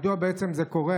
מדוע בעצם זה קורה?